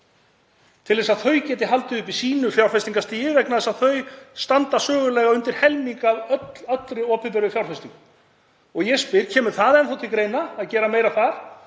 til þess að þau geti haldið uppi sínu fjárfestingarstigi vegna þess að þau standa sögulega undir helmingi af allri opinberri fjárfestingu. Ég spyr: Kemur enn þá til greina að gera meira þar?